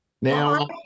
Now